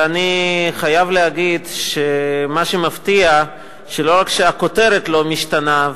ואני חייב להגיד שמה שמפתיע הוא שלא רק שהכותרת לא משתנה,